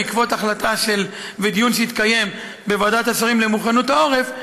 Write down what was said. בעקבות ההחלטה והדיון שהתקיים בוועדת השרים למוכנות העורף,